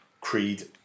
Creed